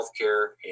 healthcare